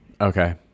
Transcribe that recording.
Okay